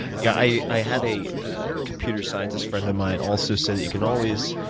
yeah, i i had a ah computer scientist friend of mine also say you can always.